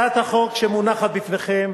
הצעת החוק שמונחת בפניכם